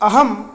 अहं